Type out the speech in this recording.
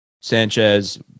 Sanchez